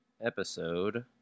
episode